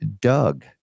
Doug